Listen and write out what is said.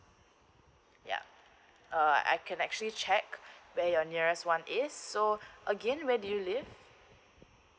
yeah uh I can actually check where your nearest one is so again where do you live